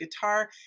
guitar